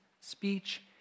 speech